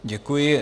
Děkuji.